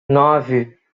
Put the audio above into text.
nove